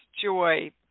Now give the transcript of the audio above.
joy